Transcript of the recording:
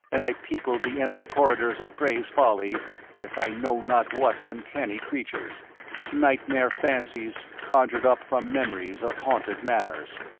and i peopled the empty corridors of cray's folly with i know not what uncanny creatures nightmare fancies conjured up from memories of haunted manors.